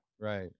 Right